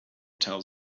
tells